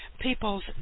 people's